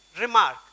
remark